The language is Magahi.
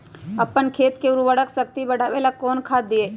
अपन खेत के उर्वरक शक्ति बढावेला कौन खाद दीये?